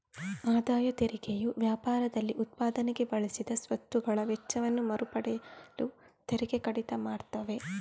ಆದಾಯ ತೆರಿಗೆಯು ವ್ಯಾಪಾರದಲ್ಲಿ ಉತ್ಪಾದನೆಗೆ ಬಳಸಿದ ಸ್ವತ್ತುಗಳ ವೆಚ್ಚವನ್ನ ಮರು ಪಡೆಯಲು ತೆರಿಗೆ ಕಡಿತ ಮಾಡ್ತವೆ